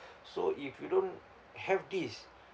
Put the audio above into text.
so if you don't have this